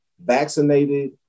vaccinated